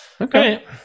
Okay